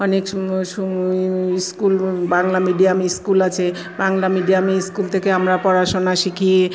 অনেক সু সুম স্কুল বাংলা মিডিয়াম স্কুল আছে বাংলা মিডিয়ামে স্কুল থেকে আমরা পড়াশোনা শিখিয়ে